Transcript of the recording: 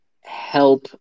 help